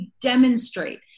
demonstrate